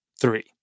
three